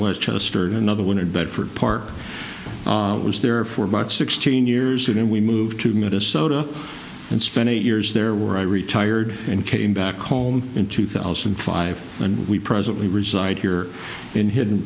westchester and another when it bedford park was there for about sixteen years and we moved to minnesota and spent eight years there were i retired and came back home in two thousand and five and we presently reside here in hidden